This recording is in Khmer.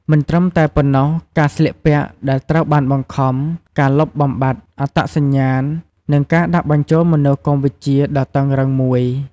មិនត្រឹមតែប៉ុណ្ណោះ ការស្លៀកពាក់ដែលត្រូវបានបង្ខំ ការលុបបំបាត់អត្តសញ្ញាណ និងការដាក់បញ្ចូលមនោគមវិជ្ជាដ៏តឹងរ៉ឹងមួយ។